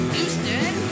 Houston